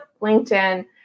LinkedIn